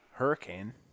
hurricane